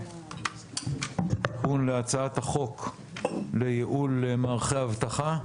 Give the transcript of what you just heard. המשך לתיקון להצעת החוק לייעול מערכי האבטחה.